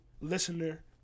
listener